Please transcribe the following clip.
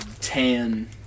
tan